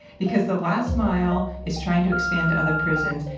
because the last mile is trying to expand to other prisons,